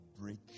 break